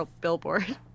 billboard